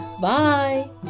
Bye